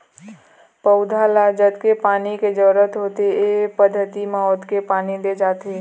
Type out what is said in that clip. पउधा ल जतके पानी के जरूरत होथे ए पद्यति म ओतके पानी दे जाथे